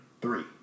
Three